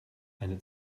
eine